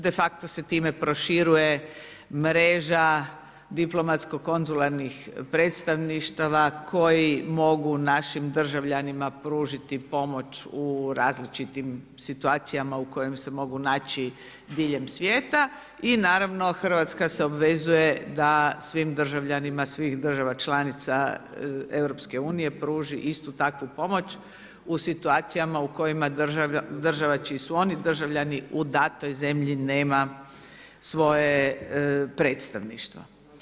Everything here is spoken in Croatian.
De facto se time proširuje mreža diplomatsko-konzularnih predstavništava koji mogu našim državljanima pružiti pomoć u različitim situacijama u kojima se mogu naći diljem svijeta i naravno Hrvatska se obvezuje da svim državljanima svih država članica EU-a pruži istu takvu pomoć u situacijama u kojima država čiji su oni državljani u datoj zemlji ne ma svoje predstavništvo.